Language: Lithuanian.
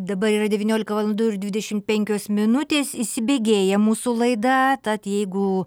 dabar yra devyniolika valandų ir dvidešim penkios minutės įsibėgėja mūsų laida tad jeigu